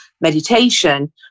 meditation